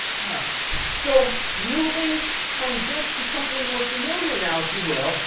all right. so moving from this to something more familiar now, if you will.